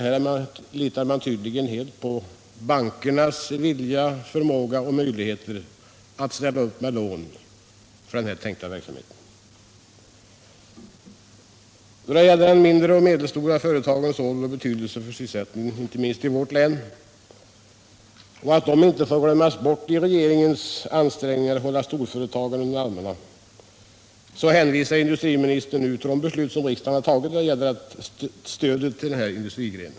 Här litar man tydligen helt på bankernas vilja och förmåga att ställa upp med lån för den här tänkta verksamheten. Beträffande frågan att de mindre och medelstora företagens roll och betydelse för sysselsättningen, inte minst i vårt län, inte får glömmas bort i regeringens ansträngningar att hålla storföretagen under armarna hänvisar industriministern till de beslut som riksdagen har tagit om stöd till dessa företag.